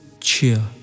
cheer